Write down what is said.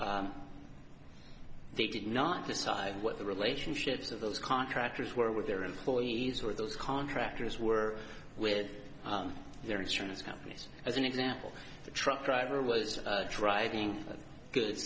they did not decide what the relationships of those contractors were with their employees or those contractors were with their insurance companies as an example the truck driver was driving good